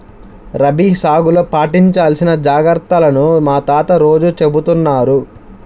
రబీ సాగులో పాటించాల్సిన జాగర్తలను మా తాత రోజూ చెబుతున్నారు